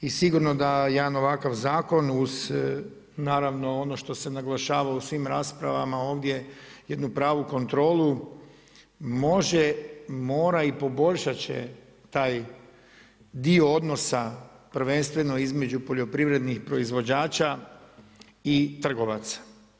I sigurno da jedan ovakav zakon uz naravno ono što se naglašavalo u svim raspravama ovdje, jednu pravu kontrolu može, mora i poboljšat će taj dio odnosa prvenstveno između poljoprivrednih proizvođača i trgovaca.